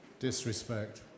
Disrespect